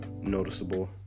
noticeable